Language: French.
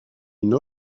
une